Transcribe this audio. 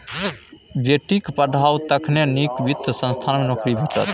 बेटीक पढ़ाउ तखने नीक वित्त संस्थान मे नौकरी भेटत